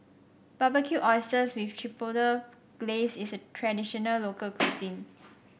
Barbecued Oysters with Chipotle Glaze is a traditional local cuisine